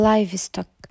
Livestock